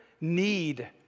need